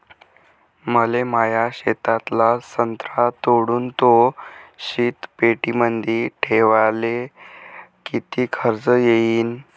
मले माया शेतातला संत्रा तोडून तो शीतपेटीमंदी ठेवायले किती खर्च येईन?